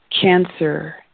cancer